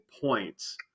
points